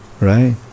right